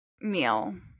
meal